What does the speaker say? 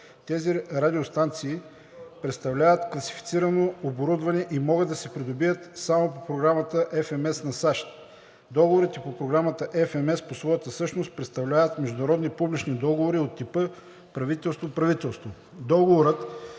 тези радиостанции представляват класифицирано оборудване и могат да се придобият само по Програмата FMS (Foreign Military Sales) на САЩ. Договорите по Програмата FMS по своята същност представляват международни публични договори от типа Правителство – Правителство.